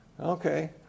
okay